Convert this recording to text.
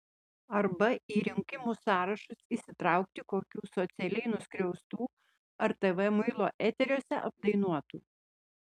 arba į rinkimų sąrašus įsitraukti kokių socialiai nusiskriaustų ar tv muilo eteriuose apdainuotų